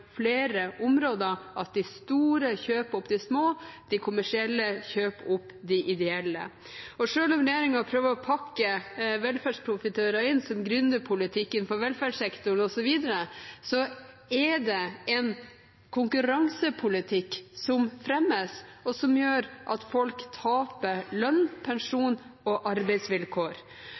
flere områder er at de store kjøper opp de små. De kommersielle kjøper opp de ideelle. Selv om næringen prøver å pakke velferdsprofitører inn som gründerpolitikk i velferdssektoren, osv., er det en konkurransepolitikk som fremmes, og som gjør at folk taper lønn, pensjon og arbeidsvilkår.